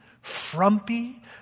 frumpy